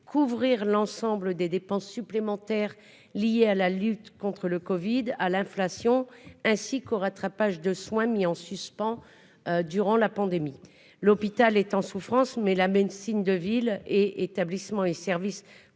couvrir l'ensemble des dépenses supplémentaires liées à la lutte contre le covid-19, à l'inflation et au rattrapage des soins qui ont été mis en suspens durant la pandémie. L'hôpital est en souffrance, mais également la médecine de ville et les établissements et services pour